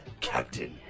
Captain